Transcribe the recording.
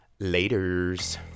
laters